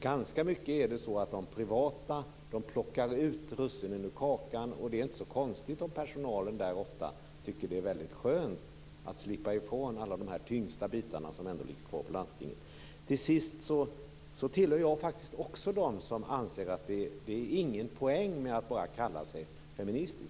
Det är ganska ofta så att de privata verksamheterna plockar ut russinen ur kakan. Det är inte så konstigt om personalen där ofta tycker att det är väldigt skönt att slippa ifrån de tyngsta bitarna som ligger kvar hos landstinget. Jag tillhör faktiskt också dem som anser att det inte är någon poäng med att bara kalla sig feminist.